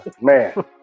Man